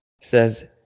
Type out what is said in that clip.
says